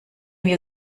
wir